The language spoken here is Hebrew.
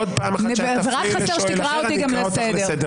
עוד פעם אחת שאת תפריעי אני אקרא אותך לסדר.